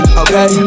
okay